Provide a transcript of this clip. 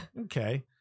okay